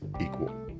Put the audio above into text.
equal